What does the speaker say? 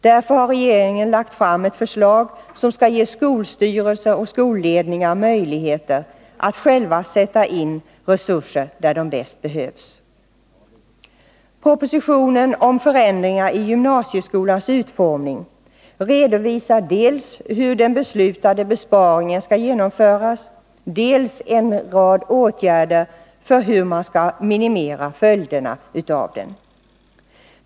Därför har regeringen lagt fram ett förslag som skall ge skolstyrelser och skolledningar möjligheter att själva sätta in resurser där de behövs. Propositionen om förändringar av gymnasieskolans utformning redovisar dels hur den beslutade besparingen skall genomföras, dels en rad åtgärder för hur man skall minimera följderna av den.